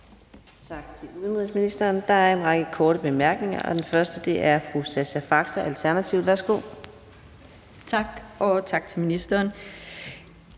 Tak til udenrigsministeren. Der er en række korte bemærkninger, og den første er fra fru Sascha Faxe, Alternativet. Værsgo. Kl. 11:51 Sascha